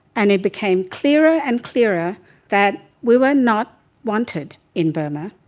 and it became clearer and clearer that we were not wanted in burma.